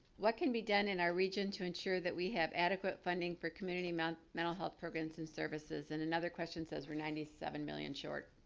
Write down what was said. what can be done in our region to ensure that we have adequate funding for community mental mental health programs and services and another question says we're ninety seven million short.